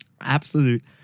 absolute